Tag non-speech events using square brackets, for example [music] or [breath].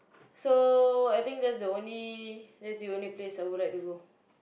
so I think that's the only that's the only place I would like to go [breath]